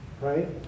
right